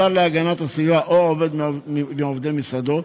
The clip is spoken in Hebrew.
השר להגנת הסביבה או עובד מעובדי משרדו,